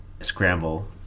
scramble